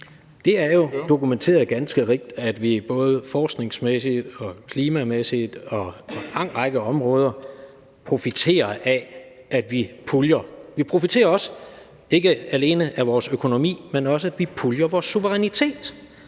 Det er jo ganske rigt dokumenteret, at vi både forskningsmæssigt og klimamæssigt og på en lang række områder profiterer af, at vi puljer. Vi profiterer, ikke alene af vores økonomi, men også af, at vi puljer vores suverænitet.